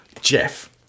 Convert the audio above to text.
Jeff